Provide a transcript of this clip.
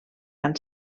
van